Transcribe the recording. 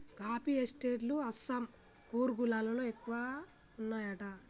coffee estate లు అస్సాం, కూర్గ్ లలో ఎక్కువ వున్నాయట